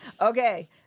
Okay